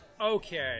Okay